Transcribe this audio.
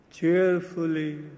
Cheerfully